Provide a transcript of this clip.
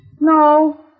No